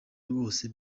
rwose